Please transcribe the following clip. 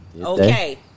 Okay